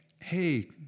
hey